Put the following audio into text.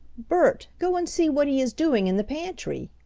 bert, go and see what he is doing in the pantry.